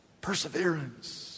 perseverance